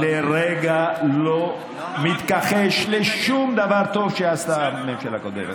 אני לרגע לא מתכחש לשום דבר טוב שעשתה הממשלה הקודמת.